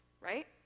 right